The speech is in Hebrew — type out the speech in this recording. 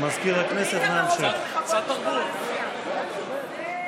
באמצע הצבעה על הכשרת עבריינים.